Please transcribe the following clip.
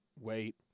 wait